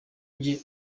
njye